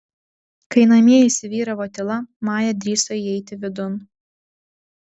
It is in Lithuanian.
kai namie įsivyravo tyla maja drįso įeiti vidun